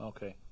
Okay